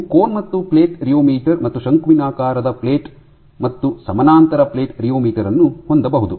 ನೀವು ಕೋನ್ ಮತ್ತು plate rheometer ಮತ್ತು ಶಂಕುವಿನಾಕಾರದ ಪ್ಲೇಟ್ ಮತ್ತು ಸಮಾನಾಂತರ ಪ್ಲೇಟ್ ರಿಯೋಮೀಟರ್ ಅನ್ನು ಹೊಂದಬಹುದು